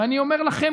ואני אומר לכם,